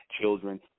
children